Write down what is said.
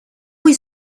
cui